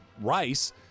rice